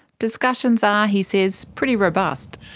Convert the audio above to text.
discussions are, he says, pretty robust.